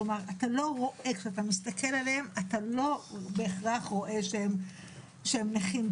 כלומר כשאתה מסתכל עליהם אתה לא בהכרח רואה שהם נכים.